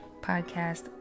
podcast